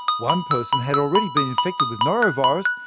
one person had already been infected with norovirus,